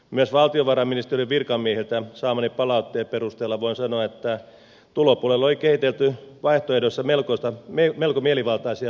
myös valtiovarainministeriön virkamiehiltä saamani palautteen perusteella voin sanoa että tulopuolelle oli kehitelty vaihtoehdoissa melko mielivaltaisia lukuja